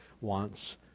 wants